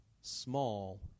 small